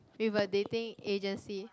with a dating agency